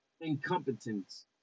incompetence